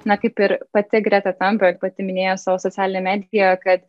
na kaip ir pati greta tumberg pati minėjo savo socialinėje medijoje kad